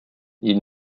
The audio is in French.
ils